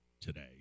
today